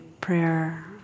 prayer